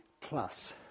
Plus